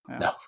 No